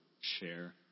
share